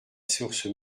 source